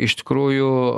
iš tikrųjų